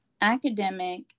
academic